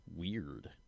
weird